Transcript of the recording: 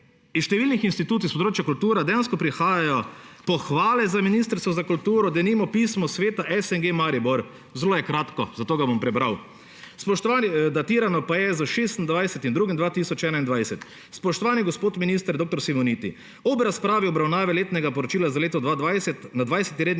Iz številnih institucij s področja kulture dejansko prihajajo pohvale Ministrstvu za kulturo. Denimo pismo Sveta SNG Maribor, zelo je kratko, zato ga bom prebral, datirano pa je s 26. 2. 2021: »Spoštovani gospod minister dr. Simoniti! Ob razpravi pri obravnavi letnega poročila za leto 2020 na 20. redni